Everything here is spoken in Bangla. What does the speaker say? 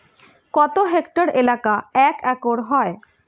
কত হেক্টর এলাকা এক একর হয়?